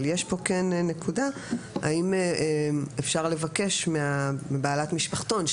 אבל כן יש כאן נקודה והיא האם אפשר לבקש מבעלת משפחתון,